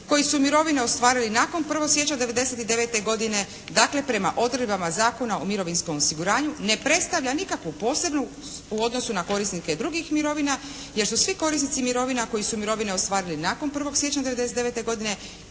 koji su mirovine ostvarili nakon 1. siječnja '99. godine dakle, prema odredbama Zakona o mirovinskom osiguranju ne predstavlja nikakvu posebnu u odnosu na korisnike drugih mirovina, jer su svi korisnici mirovina koji su mirovine ostavili nakon 1. siječnja '99. godine